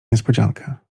niespodziankę